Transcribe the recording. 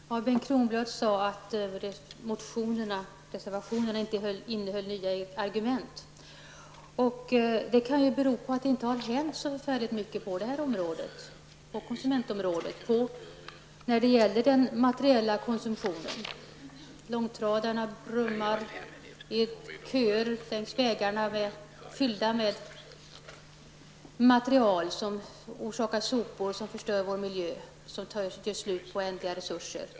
Herr talman! Bengt Kronblad säger att motionerna och reservationerna inte innehöll några nya argument. Det kan bero på att det inte har hänt så förfärligt mycket på konsumentområdet och när det gäller den materiella konsumtionen. Långtradarna brummar vidare och längs vägarna är det köer med bilar fyllda med material som orsakar sopor som förstör vår miljö och gör slut på ändliga resurser.